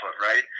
right